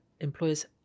employers